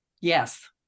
Yes